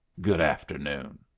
good-afternoon,